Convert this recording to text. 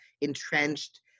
entrenched